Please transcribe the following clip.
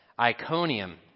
Iconium